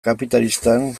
kapitalistan